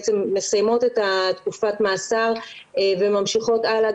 בעצם מסיימות את תקופת המאסר וממשיכות הלאה,